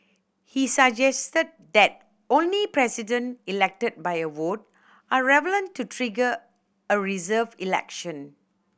he suggested that only President elected by a vote are relevant to trigger a reserved election